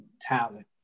talent